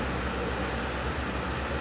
than what the plant take in